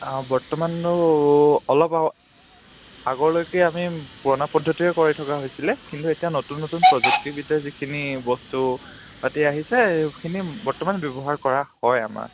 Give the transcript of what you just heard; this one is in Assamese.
অঁ বৰ্তমানো অলপ আগলৈকে আমি পুৰণা পদ্ধতিৰে কৰি থকা হৈছিলে কিন্তু এতিয়া নতুন নতুন প্ৰযুক্তিবিদ্যাৰ যিখিনি বস্তু পাতি আহিছে সেইখিনি বৰ্তমান ব্যৱহাৰ কৰা হয় আমাৰ